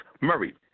Murray